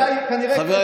זה כנראה אחד